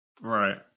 Right